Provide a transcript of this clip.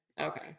okay